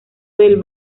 del